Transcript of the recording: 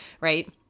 Right